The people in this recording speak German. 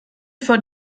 vor